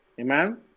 Amen